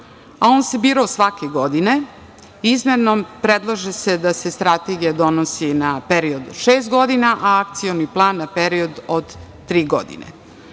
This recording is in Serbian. a on se bira svake godine. Izmenom predlaže se da se Strategija donosi na period od šest godina, a Akcioni plan na period od tri